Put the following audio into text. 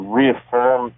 reaffirm